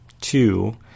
Two